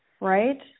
right